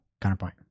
Counterpoint